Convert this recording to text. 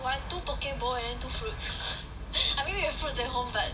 buy two poke bowl and then two fruits I mean we have fruits at home but